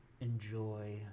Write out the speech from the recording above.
enjoy